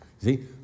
See